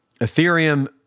Ethereum